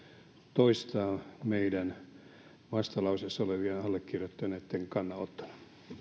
toistaa meidän vastalauseessa olevien allekirjoittaneitten kannanottona